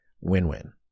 Win-win